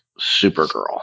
Supergirl